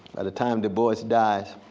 by the time du bois dies,